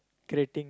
crating